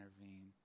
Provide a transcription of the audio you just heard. intervene